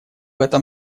этом